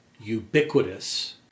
ubiquitous